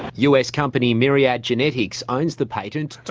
us company myriad genetics owns the patent.